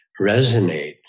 resonate